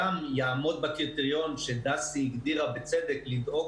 גם יעמוד בקריטריון שדסי הגדירה בצדק לדאוג